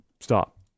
Stop